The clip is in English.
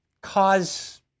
cause